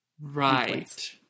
Right